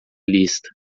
lista